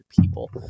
people